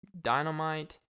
dynamite